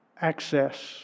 access